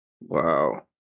Wow